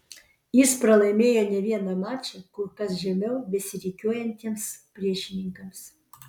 jis pralaimėjo ne vieną mačą kur kas žemiau besirikiuojantiems priešininkams